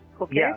Okay